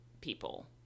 people